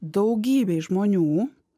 daugybei žmonių